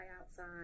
outside